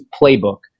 playbook